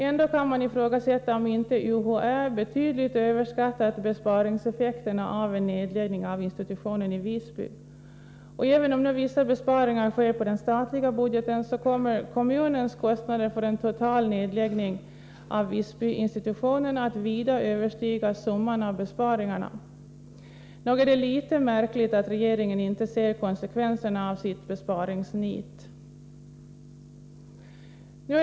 Ändå kan man ifrågasätta om inte UHÄ betydligt överskattat besparingseffekterna av en nedläggning av institutionen i Visby. Även om vissa besparingar sker på den statliga budgeten, kommer kommunens kostnader för en total nedläggning av Visbyinstitutionen att vida överstiga summan av besparingarna. Nog är det litet märkligt att regeringen inte ser konsekvenserna av sitt besparingsnit.